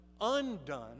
undone